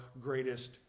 greatest